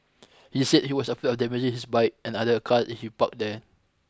he said he was afraid of damaging his bike and other car if he parked there